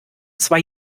zwei